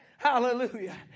Hallelujah